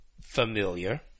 familiar